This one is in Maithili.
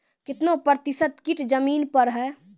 कितना प्रतिसत कीट जमीन पर हैं?